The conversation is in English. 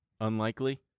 Unlikely